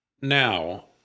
Now